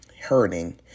hurting